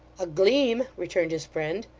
a gleam returned his friend,